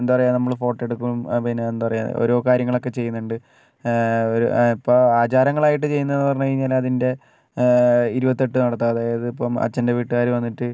എന്താ പറയുക നമ്മൾ ഫോട്ടോ എടുക്കും പിന്നെ എന്താ പറയുക ഓരോ കാര്യങ്ങളൊക്കെ ചെയ്യുന്നുണ്ട് ഒരു ഇപ്പോൾ ആചാരങ്ങളായിട്ട് ചെയ്യുന്നതെന്ന് പറഞ്ഞു കഴിഞ്ഞാൽ അതിൻ്റെ ഇരുപത്തെട്ട് നടത്തുക അതായത് ഇപ്പം അച്ഛൻ്റെ വീട്ടുകാർ വന്നിട്ട്